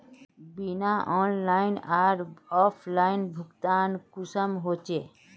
Bill online आर offline भुगतान कुंसम होचे?